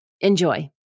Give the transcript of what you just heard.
Enjoy